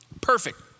Perfect